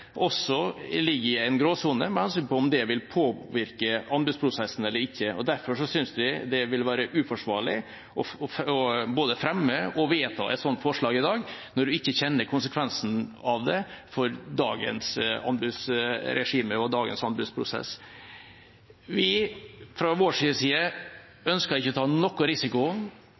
også ligger i en gråsone med hensyn til om det vil påvirke anbudsprosessen eller ikke. Derfor synes jeg det vil være uforsvarlig både å fremme og vedta et slikt forslag i dag, når man ikke kjenner konsekvensen av det for dagens anbudsregime og dagens anbudsprosess. Fra vår side ønsker vi ikke å ta noen risiko